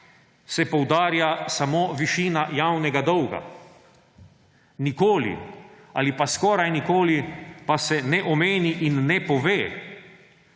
se poudarja samo višina javnega dolga. Nikoli ali pa skoraj nikoli pa se ne omeni in ne pove,